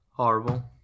Horrible